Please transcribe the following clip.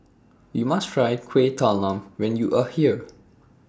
YOU must Try Kuih Talam when YOU Are here